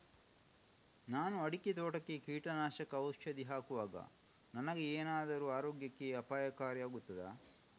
ನಾನು ಅಡಿಕೆ ತೋಟಕ್ಕೆ ಕೀಟನಾಶಕ ಔಷಧಿ ಹಾಕುವಾಗ ನನಗೆ ಏನಾದರೂ ಆರೋಗ್ಯಕ್ಕೆ ಅಪಾಯಕಾರಿ ಆಗುತ್ತದಾ?